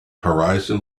horizon